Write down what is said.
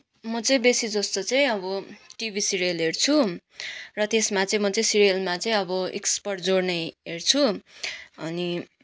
म चाहिँ बेसी जस्तो चाहिँ अब टिभी सिरियल हेर्छु र त्यसमा चाहिँ म चाहिँ सिरियलमा चाहिँ अब एक्सपर्ट जोड्ने हेर्छु अनि